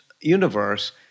universe